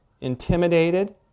intimidated